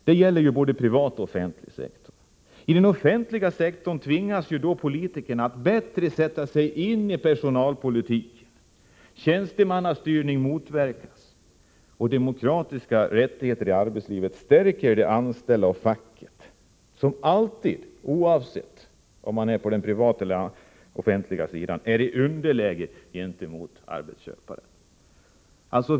Det gäller både den privata och den offentliga sektorn. I den offentliga sektorn tvingas politikerna då att bättre sätta sig in i personalpolitiken. Tjänstemannastyrning motverkas. Demokratiska rättigheter i arbetslivet stärker de anställda och facket, som alltid, oavsett om det gäller den privata eller den offentliga sidan, befinner sig i underläge gentemot arbetsköparna.